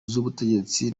z’ubutegetsi